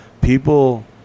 people